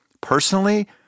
personally